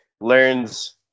learns